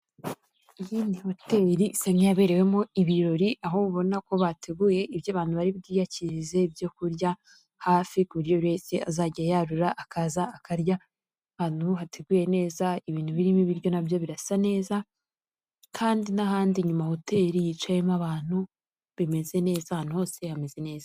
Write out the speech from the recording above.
Iyi ni hoteli serena yabereyemo ibirori aho ubona ko bateguye ibyo abantu bari bwiyakirize ibyo kurya hafi ku buryo be azajya yarura akaza akarya, ahantu hateguye neza ibintu birimo ibiryo nabyo birasa neza, kandi n'ahandi nyuma hoteli yicayemo abantu bimeze neza ahantu hose hameze neza.